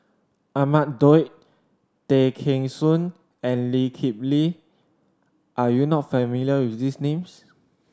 Ahmad Daud Tay Kheng Soon and Lee Kip Lee are you not familiar with these names